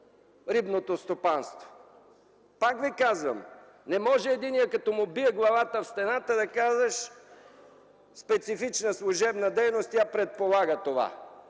рибното стопанство. Пак ви казвам, не може единият като му бие главата в стената, да казваш – специфична служебна дейност, тя предполага това,